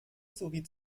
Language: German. sowie